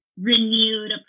renewed